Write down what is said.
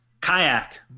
Kayak